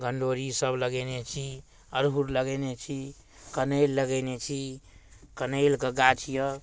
गन्धोरीसब लगेने छी अड़हुल लगेने छी कनैल लगेने छी कनैलके गाछ अइ